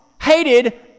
hated